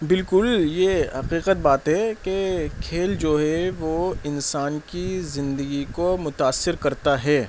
بالکل یہ حقیقت بات ہے کہ کھیل جو ہے وہ انسان کی زندگی کو متاثر کرتا ہے